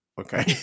okay